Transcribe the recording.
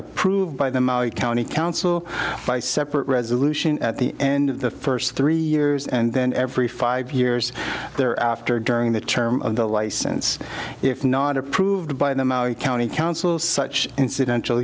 approved by the county council by separate resolution at the end of the first three years and then every five years there after during the term of the license if not approved by the county council such incidental